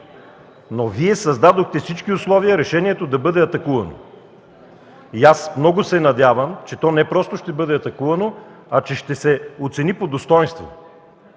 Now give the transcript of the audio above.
но Вие създадохте всички условия решението да бъде атакувано. Аз много се надявам, че то не просто ще бъде атакувано, а че ще се оцени по достойнство.